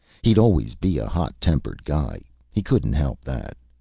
he'd always be a hot-tempered guy he couldn't help that.